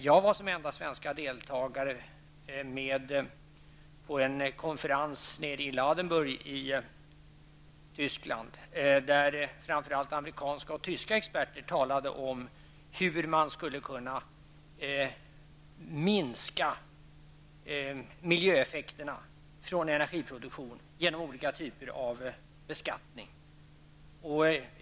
Jag var som ende svenske deltagare med på en konferens nere i Ladenburg i Tyskland, där framför allt amerikanska och tyska experter talade om hur man skulle kunna minska miljöeffekterna från energiproduktionen genom olika typer av beskattning.